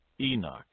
Enoch